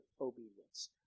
obedience